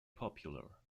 popular